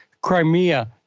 Crimea